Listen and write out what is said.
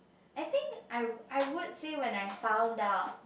I think I wo~ I would say when I found out